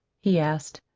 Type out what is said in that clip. he asked.